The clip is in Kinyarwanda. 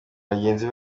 bagenzi